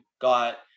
got